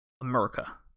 America